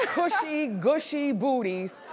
gushy, gushy booties.